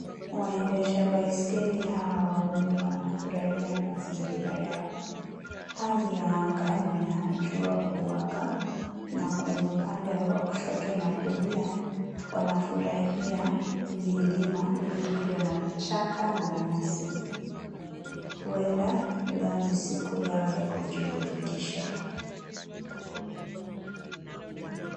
Waendesha baiskeli hawa wawili wanafurahia mazingira yao. Hali ya anga ni ya jua kuwaka na kwenye upande wa kushoto na kulia wanafurahia vilima vilivyo na vichaka na nyasi. Huenda leo ni siku yao ya kujiburundisha.